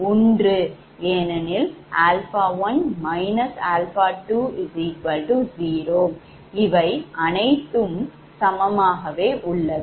0 ஏனெனில் 𝛼1−𝛼20 இவை அனைத்தும் சமமாகவே உள்ளது